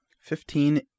Fifteen